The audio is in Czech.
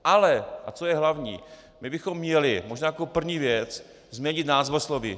Ale, a co je hlavní, my bychom měli možná jako první věc změnit názvosloví.